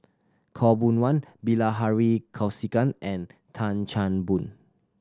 Khaw Boon Wan Bilahari Kausikan and Tan Chan Boon